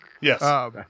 Yes